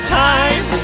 time